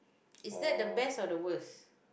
is that the best or the worst